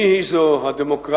מי היא זו הדמוקרטיה